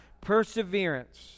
perseverance